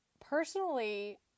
personally